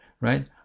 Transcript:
right